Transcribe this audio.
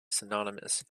synonymous